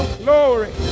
glory